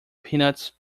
peanuts